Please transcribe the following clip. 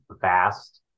vast